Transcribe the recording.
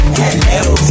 hello